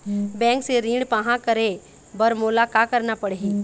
Bank से ऋण पाहां करे बर मोला का करना पड़ही?